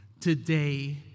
today